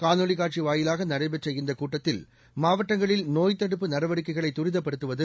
காணொலி காட்சி வாயிலாக நடைபெற்ற இந்த கூட்டத்தில் மாவட்டங்களில் நோய் தடுப்பு நடவடிக்கைகளை தரிதப்படுத்துவது